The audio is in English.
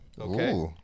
Okay